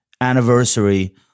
anniversary